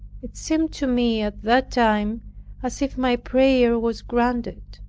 it seemed to me at that time as if my prayer was granted.